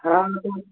हाँ वो तो